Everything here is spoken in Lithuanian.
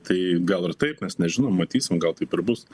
tai gal ir taip nes nežinau matysim gal taip ir bus